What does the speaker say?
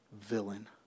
villain